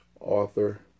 Author